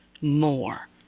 more